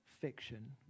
fiction